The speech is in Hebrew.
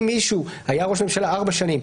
אם מישהו היה ראש ממשלה ארבע שנים,